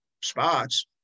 spots